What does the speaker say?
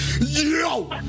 yo